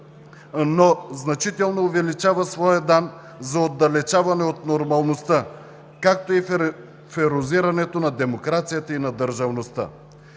но значително увеличава своя дан за отдалечаване от нормалността, както и за ерозирането на демокрацията и на държавността.